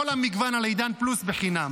כל המגוון על עידן פלוס בחינם.